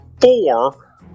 four